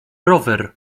rower